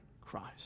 Christ